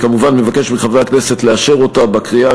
אני כמובן מבקש מחברי הכנסת לאשר אותה בקריאה